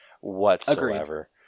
whatsoever